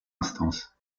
instance